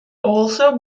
also